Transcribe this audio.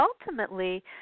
ultimately